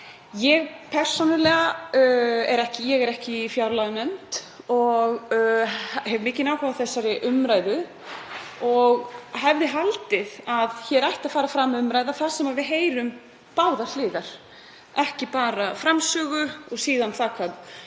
til máls. Ég er ekki í fjárlaganefnd en hef mikinn áhuga á þessari umræðu. Ég hefði haldið að hér ætti að fara fram umræða þar sem við heyrum báðar hliðar, ekki bara framsögu og síðan það